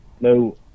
no